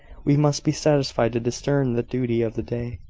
we must be satisfied to discern the duty of the day,